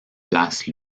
place